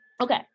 Okay